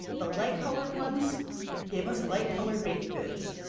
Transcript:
the light-colored ones gave us light-colored baked goods.